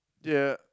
yeah